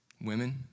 Women